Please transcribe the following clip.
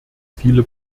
viele